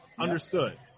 Understood